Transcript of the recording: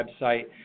website